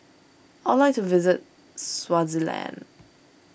I would like to visit Swaziland